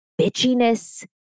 bitchiness